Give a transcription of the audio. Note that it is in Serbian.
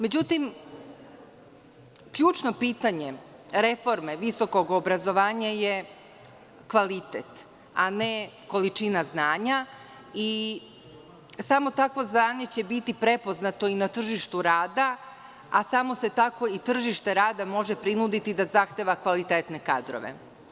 Međutim, ključno pitanje reforme visokog obrazovanja je kvalitet, a ne količina znanja i samo takvo znanje će biti prepoznato i na tržištu rada, a samo se tako i tržište rada može prinuditi da zahteva kvalitetne kadrove.